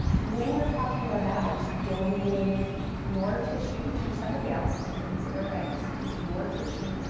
when you're talking about donating your tissue to somebody else, so we consider eggs to be your tissue,